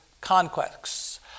conquests